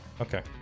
Okay